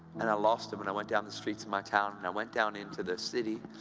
and i lost it when i went down the streets of my town, and i went down into the city,